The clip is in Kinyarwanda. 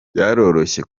byaroroshye